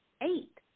eight